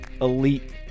elite